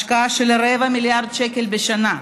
השקעה של רבע מיליארד שקל בשנה,